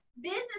business